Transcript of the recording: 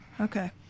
okay